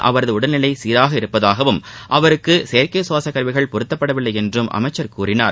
அவரது உடல்நிலை சீராக உள்ளதாகவும் அவருக்கு செயற்கை சுவாசக் கருவிகள் பொருத்தப்படவில்லை என்றும் அமைச்சர் கூறினார்